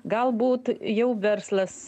galbūt jau verslas